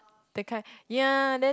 the kind ya then